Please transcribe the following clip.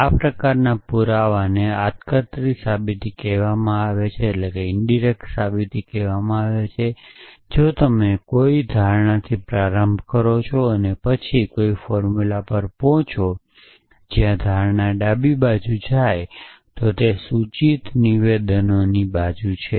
આ પ્રકારના પુરાવાને આડકતરી સાબિતી કહેવામાં આવે છે જો તમે કોઈ ધારણાથી પ્રારંભ કરો છો અને પછી કોઈ સૂત્ર પર પહોંચશો જ્યાં ધારણા ડાબી બાજુ જાય છે તે સૂચિત નિવેદનની બાજુ છે